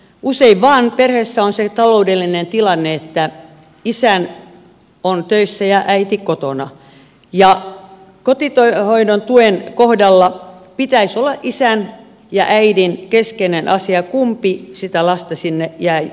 usein vain perheissä on se taloudellinen tilanne että isä on töissä ja äiti kotona ja kotihoidon tuen kohdalla pitäisi olla isän ja äidin keskeinen asia kumpi sitä lasta jää sinne kotiin hoitamaan